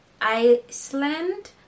Iceland